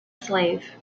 slave